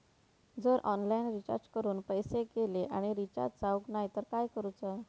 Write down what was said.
जर online recharge करून पैसे गेले आणि रिचार्ज जावक नाय तर काय करूचा?